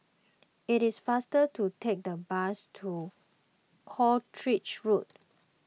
it is faster to take the bus to Croucher Road